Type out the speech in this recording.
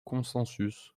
consensus